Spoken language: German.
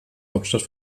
hauptstadt